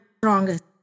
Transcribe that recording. strongest